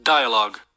Dialogue